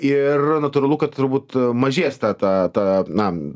ir natūralu kad turbūt mažės ta ta ta na